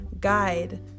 guide